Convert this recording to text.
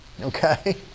Okay